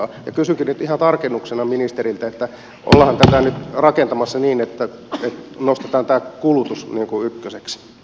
kysynkin nyt ihan tarkennuksena ministeriltä että ollaanhan tätä nyt rakentamassa niin että nostetaan tämä kulutus ykköseksi